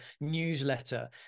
newsletter